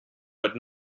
but